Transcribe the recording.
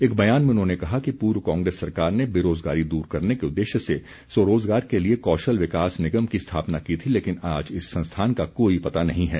एक बयान में उन्होंने कहा कि पूर्व कांग्रेस सरकार ने बेरोज़गारी दूर करने के उद्देश्य से स्वरोज़गार के लिए कौशल विकास निगम की स्थापना की थी लेकिन आज इस संस्थान का कोई पता नहीं है